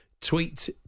tweet